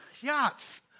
yachts